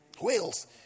whales